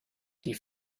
die